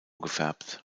gefärbt